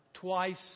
twice